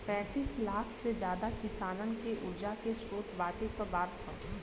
पैंतीस लाख से जादा किसानन के उर्जा के स्रोत बाँटे क बात ह